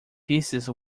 pieces